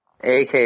Ak